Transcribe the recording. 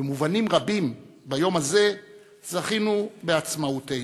במובנים רבים, ביום הזה זכינו בעצמאותנו.